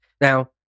Now